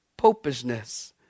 Popishness